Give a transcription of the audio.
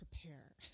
prepare